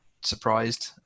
surprised